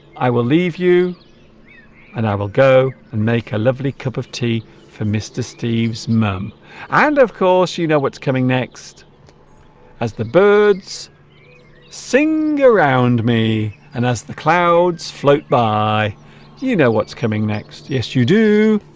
i will leave you and i will go and make a lovely cup of tea for mr. steve's mum and of course you know what's coming next as the birds sing around me and as the clouds float by you know what's coming next yes you do.